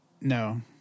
No